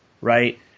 right